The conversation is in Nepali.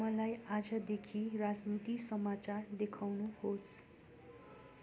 मलाई आजदेखि राजनीति समाचार देखाउनुहोस्